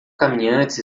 caminhantes